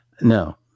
No